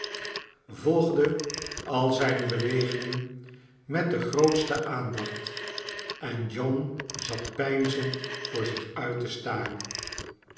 de al zijne bewegingen met de groot ste aandacht en john zat peinzend voor zich uit te staren